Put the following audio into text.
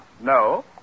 No